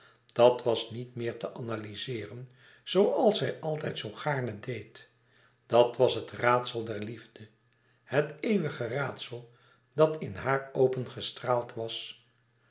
dat was niet meer te analyzeeren zooals zij altijd zoo gaarne deed dat was het raadsel der liefde het eeuwige raadsel dat in haar opengestraald was